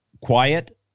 quiet